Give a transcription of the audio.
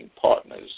partners